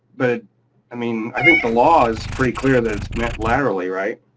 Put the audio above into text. but i mean i think the law is pretty clear that it's meant laterally, right?